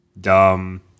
dumb